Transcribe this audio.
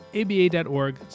aba.org